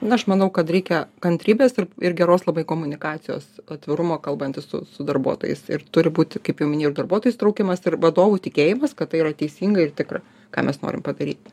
na aš manau kad reikia kantrybės ir geros labai komunikacijos atvirumo kalbantis su darbuotojais ir turi būti kaip jau minėjau ir darbuotojų įsitraukimas ir vadovų tikėjimas kad tai yra teisinga ir tikra ką mes norim padaryti